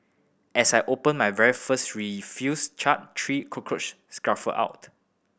as I opened my very first refuse chute three cockroach scurried out